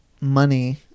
money